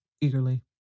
eagerly